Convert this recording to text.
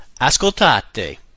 ascoltate